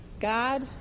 God